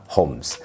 Homes